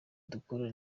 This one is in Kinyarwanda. dukora